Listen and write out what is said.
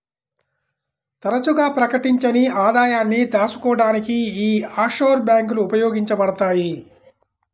తరచుగా ప్రకటించని ఆదాయాన్ని దాచుకోడానికి యీ ఆఫ్షోర్ బ్యేంకులు ఉపయోగించబడతయ్